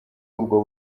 ubwo